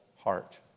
heart